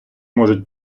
можуть